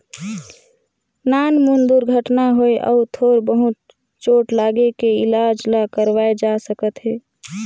नानमुन दुरघटना होए अउ थोर बहुत चोट लागे के इलाज ल करवाए जा सकत हे